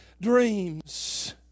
dreams